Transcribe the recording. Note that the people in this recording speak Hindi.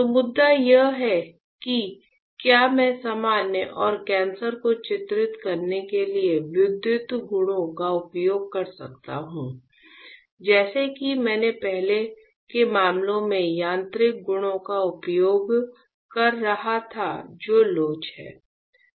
तो मुद्दा यह है कि क्या मैं सामान्य और कैंसर को चित्रित करने के लिए विद्युत गुणों का उपयोग कर सकता हूं जैसे मैं पहले के मामलों में यांत्रिक गुणों का उपयोग कर रहा था जो लोच हैं